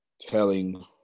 telling